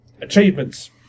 Achievements